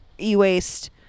e-waste